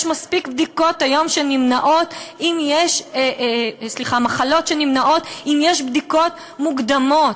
יש היום מספיק מחלות שנמנעות אם יש בדיקות מוקדמות.